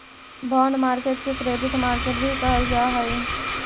bond market के credit market भी कहल जा हइ